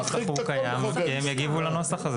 החוק הוא קיים, הוא קיים והם יגיבו לנוסח הזה.